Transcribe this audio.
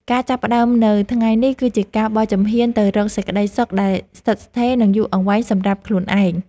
ការចាប់ផ្តើមនៅថ្ងៃនេះគឺជាការបោះជំហានទៅរកសេចក្តីសុខដែលស្ថិតស្ថេរ និង យូរអង្វែងសម្រាប់ខ្លួនឯង។